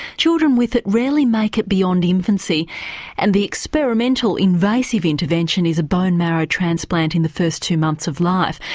children with it rarely make it beyond infancy and the experimental, invasive intervention is a bone marrow transplant in the first two months of life.